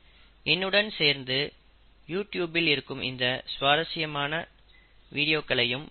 என்னுடன் சேர்ந்து YouTube இல் இருக்கும் இந்த சுவாரசியமான வீடியோக்களையும் பார்க்கவும்